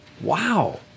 Wow